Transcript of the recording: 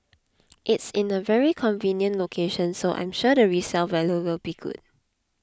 it's in a very convenient location so I'm sure the resale value will be good